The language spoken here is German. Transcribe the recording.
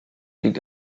liegt